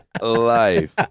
life